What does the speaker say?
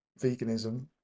veganism